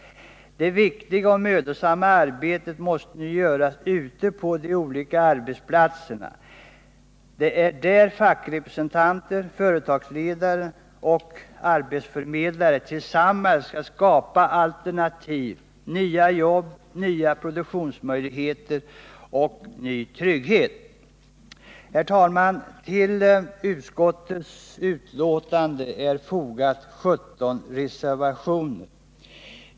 Det viktiga och mödosamma arbetet måste nu göras ute på de olika arbetsplatserna. Det är där fackrepresentanter, företagsledare och arbetsförmedlare tillsammans skall skapa alternativ, nya jobb, nya produktionsmöjligheter och ny trygghet. Herr talman! Vid utskottets betänkande är fogade 17 reservationer.